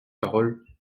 paroles